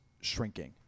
shrinking